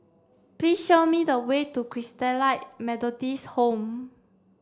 please show me the way to Christalite Methodist Home